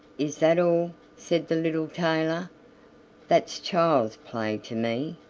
is that all? said the little tailor that's child's play to me,